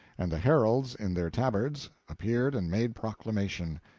and the heralds, in their tabards, appeared and made proclamation,